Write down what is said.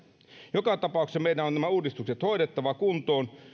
joka tapauksessa meidän on nämä uudistukset hoidettava kuntoon